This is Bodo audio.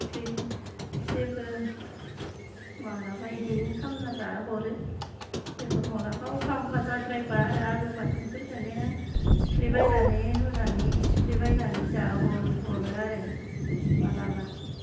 बेनो जेबो मालाबा बिदिनो खालामना जाहोहरो जेबो मलाबा अखा मखा जाद्रायबा आरो आलु बाथोनफोरखौनो सिफ्लेबायनानै होनानै सिफ्लेबायनानै जाहोहरो हरो आरो मालाबा